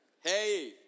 Hey